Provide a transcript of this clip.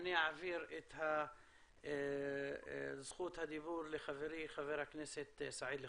אני אעביר את זכות הדיבור לחברי חבר הכנסת סעיד אלחרומי.